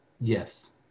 Yes